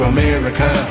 America